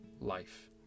life